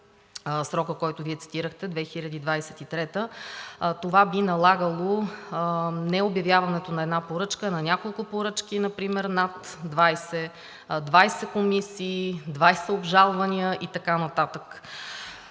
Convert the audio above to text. срокът, който Вие цитирахте, 2023 г., това би налагало необявяването на една поръчка, на няколко поръчки например над 20 комисии, 20 обжалвания и така нататък.